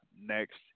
next